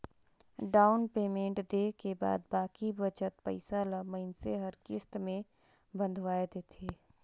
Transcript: down payment देय के बाद बाकी बचत पइसा ल मइनसे हर किस्त में बंधवाए देथे